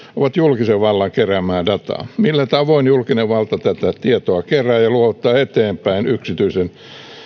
ovat julkisen vallan keräämää dataa se millä tavoin julkinen valta tätä tietoa kerää ja luovuttaa eteenpäin yksityisten